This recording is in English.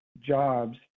jobs